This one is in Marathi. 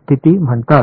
स्थिती म्हणतात